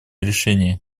решение